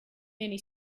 many